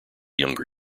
younger